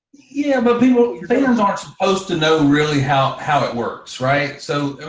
yeah, but fans aren't supposed to know really how how it works, right. so